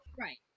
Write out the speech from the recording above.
Right